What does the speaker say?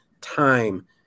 time